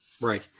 Right